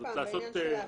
עוד פעם בעניין של ההתאמה.